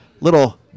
little